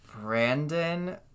Brandon